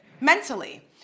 mentally